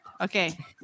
Okay